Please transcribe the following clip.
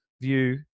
view